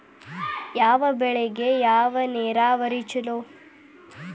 ಯಾವ ಬೆಳಿಗೆ ಯಾವ ನೇರಾವರಿ ಛಲೋ?